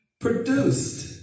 produced